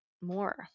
more